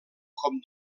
com